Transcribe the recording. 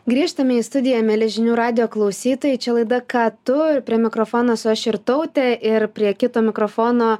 grįžtame į studiją mieli žinių radijo klausytojai čia laida ką tu ir prie mikrofono esu aš irtautė ir prie kito mikrofono